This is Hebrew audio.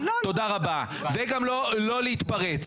תודה רבה וגם לא להתפרץ,